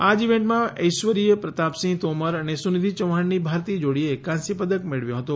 આ જ ઇવેન્ટમાં ઐશ્વરી પ્રતાપસિંહ તોમર અને સુનિધિ ચૌહાણની ભારતીય જોડીએ કાંસ્યપદક મેળવ્યો હતો